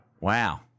Wow